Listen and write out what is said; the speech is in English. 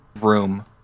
room